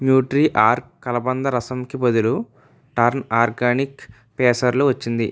Nutri ఆర్గ్ కలబంద రసంకి బదులు టర్న్ ఆర్గానిక్ పేసర్లు వచ్చింది